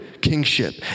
kingship